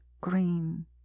green